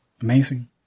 Amazing